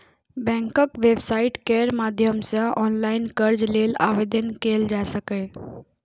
बैंकक वेबसाइट केर माध्यम सं ऑनलाइन कर्ज लेल आवेदन कैल जा सकैए